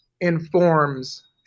informs